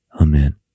Amen